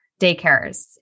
daycares